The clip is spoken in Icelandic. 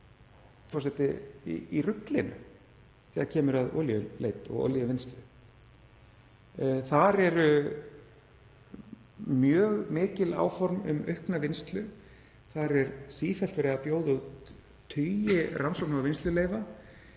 sem eru í ruglinu þegar kemur að olíuleit og olíuvinnslu. Þar eru mjög mikil áform um aukna vinnslu. Þar er sífellt verið að bjóða út tugi rannsóknar- og vinnsluleyfa